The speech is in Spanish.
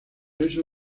eso